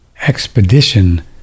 expedition